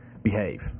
Behave